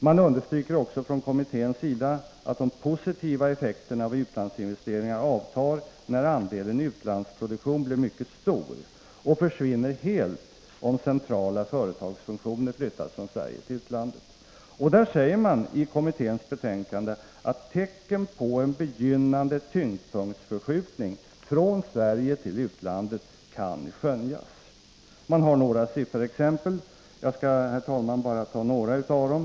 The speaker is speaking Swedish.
Man understryker också från kommitténs sida att de positiva effekterna av utlandsinvesteringarna avtar när andelen utlandsproduktion blir mycket stor och försvinner helt om centrala företagsfunktioner flyttas från Sverige till utlandet. Det sägs i kommitténs betänkande att tecken på en begynnande tyngdpunktsförskjutning från Sverige till utlandet kan skönjas. Man har några sifferexempel. Jag skall, herr talman, bara ta några av dem.